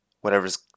whatever's